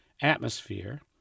atmosphere